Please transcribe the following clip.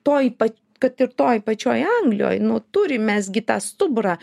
toj pat kad ir toj pačioj anglijoj nu turim mes gi tą stuburą